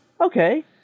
okay